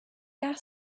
gas